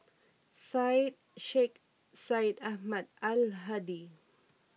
Syed Sheikh Syed Ahmad Al Hadi